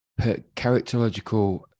characterological